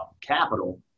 capital